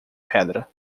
pedra